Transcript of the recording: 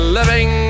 living